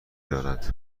دارد